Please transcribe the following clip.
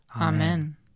Amen